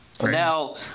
Now